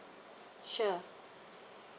sure